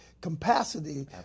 capacity